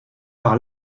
par